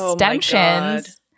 extensions